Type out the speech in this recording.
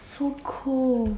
so cold